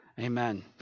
Amen